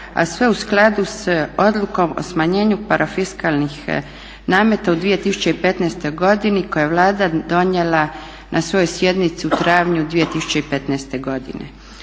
a sve u skladu s odlukom o smanjenju parafiskalnih nameta u 2015.godini koju je Vlada donijela na svojoj sjednici u travnju 2015.godine.